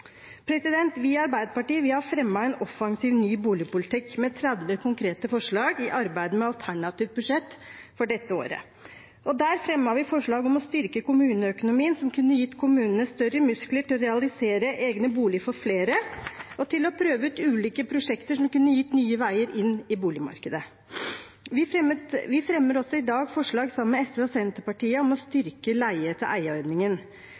Vi i Arbeiderpartiet har fremmet en offensiv, ny boligpolitikk, med 30 konkrete forslag, i arbeidet med alternativt budsjett for dette året. Der fremmet vi forslag om å styrke kommuneøkonomien, noe som kunne gitt kommunene større muskler til å realisere egne boliger for flere og til å prøve ut ulike prosjekter som kunne gitt nye veier inn i boligmarkedet. Vi fremmer i dag sammen med Senterpartiet og SV forslag i tilrådningen om å styrke leie-til-eie-ordningen. Dette må vi få til